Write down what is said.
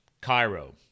Cairo